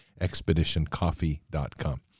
ExpeditionCoffee.com